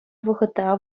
вӑхӑта